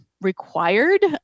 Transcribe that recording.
required